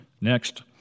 Next